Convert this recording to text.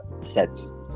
sets